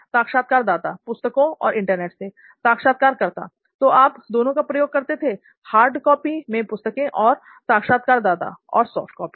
साक्षात्कारदाता पुस्तकों और इंटरनेट सेl साक्षात्कारकर्ता तो आप दोनों का प्रयोग करते थे हार्ड कॉपी मैं पुस्तकें और साक्षात्कारदाता और सॉफ्ट कॉपी